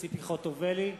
ציפי חוטובלי,